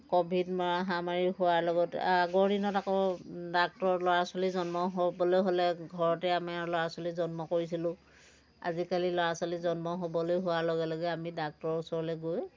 Covid মহামাৰী হোৱাৰ লগত আগৰ দিনত আকৌ ডাক্তৰ ল'ৰা ছোৱালী জন্ম হ'বলৈ হ'লে ঘৰতে আমাৰ ল'ৰা ছোৱালী জন্ম কৰিছিলোঁ আজিকালি ল'ৰা ছোৱালী জন্ম হ'বলৈ হোৱাৰ লগে লগে আমি ডাক্তৰৰ ওচৰলৈ গৈ